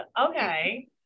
Okay